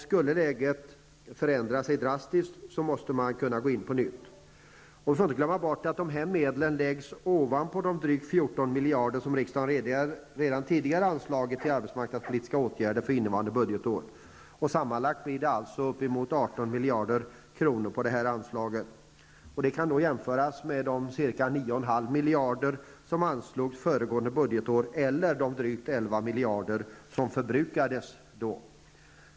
Skulle läget förändra sig drastiskt måste man kunna gå in på nytt. Vi får inte glömma bort att dessa medel läggs ovanpå de drygt 14 miljarder som riksdagen redan tidigare anslagit till arbetsmarknadspolitiska åtgärder för innevarande budgetår. Sammanlagt blir det alltså uppemot 18 miljarder kronor på detta anslag. Det kan jämföras med de 9,5 miljarder som anslogs föregående budgetår eller de 11,3 miljarder som förbrukades då.